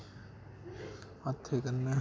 हत्थें कन्नै